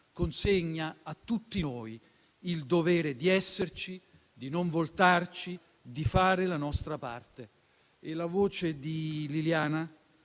consegna a tutti noi il dovere di esserci, di non voltarci, di fare la nostra parte. Senatrice, mi